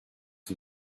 who